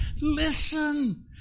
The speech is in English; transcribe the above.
listen